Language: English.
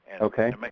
Okay